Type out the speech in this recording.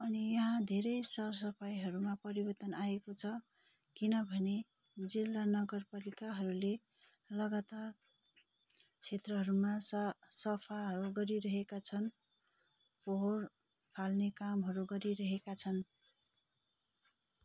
अनि यहाँ धेरै सरसफाइहरूमा परिवर्तन आएको छ किनभने जिल्ला नगरपालिकाहरूले लगातार क्षेत्रहरूमा सा सफाहरू गरिरहेका छन् फोहोर फाल्ने कामहरू गरिरहेका छन्